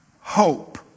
hope